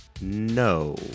no